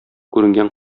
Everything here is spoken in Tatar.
күренгән